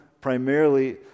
primarily